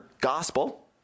gospel